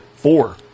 four